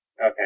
Okay